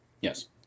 Yes